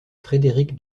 frederick